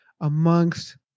amongst